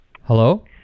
Hello